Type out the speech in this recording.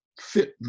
fit